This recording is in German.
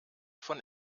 von